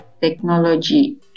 technology